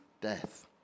death